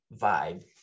vibe